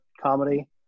comedy